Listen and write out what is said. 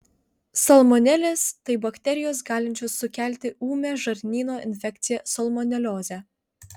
salmonelės tai bakterijos galinčios sukelti ūmią žarnyno infekciją salmoneliozę